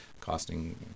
costing